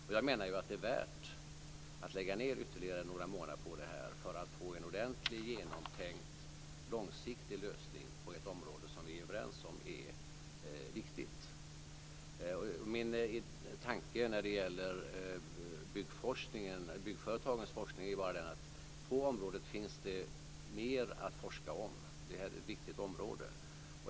Och jag menar ju att det är värt att lägga ned ytterligare några månader på det här för att få en ordentlig, genomtänkt, långsiktig lösning på ett område som vi är överens om är viktigt. Min tanke när det gäller byggföretagens forskning är den att på området finns det mer att forska om. Det här är ett väldigt viktigt område.